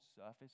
surface